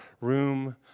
room